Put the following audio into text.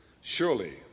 surely